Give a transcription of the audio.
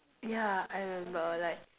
yeah I remember like